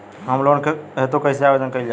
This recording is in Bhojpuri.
होम लोन हेतु कइसे आवेदन कइल जाला?